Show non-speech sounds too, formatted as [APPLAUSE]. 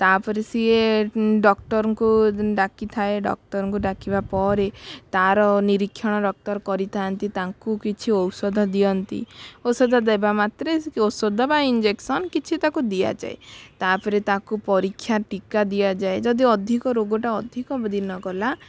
ତା'ପରେ ସିଏ ଡକ୍ଟରଙ୍କୁ ଡାକିଥାଏ ଡକ୍ଟରଙ୍କୁ ଡାକିବା ପରେ ତା'ର ନିରୀକ୍ଷଣ ଡକ୍ଟର କରିଥାନ୍ତି ତାଙ୍କୁ କିଛି ଔଷଧ ଦିଅନ୍ତି ଔଷଧ ଦେବା ମାତ୍ରେ [UNINTELLIGIBLE] ଔଷଧ ବା ଇଞ୍ଜେକ୍ସନ୍ କିଛି ତାକୁ ଦିଆଯାଏ ତା'ପରେ ତାକୁ ପରୀକ୍ଷା ଟୀକା ଦିଆଯାଏ ଯଦି ଅଧିକ ରୋଗଟା ଅଧିକ ଦିନ ଗଲା